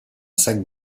sac